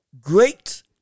great